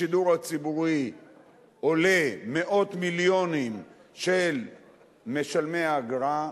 השידור הציבורי עולה מאות מיליונים למשלמי האגרה,